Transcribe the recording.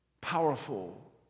Powerful